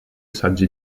saggi